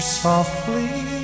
softly